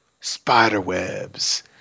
Spiderwebs